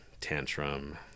tantrum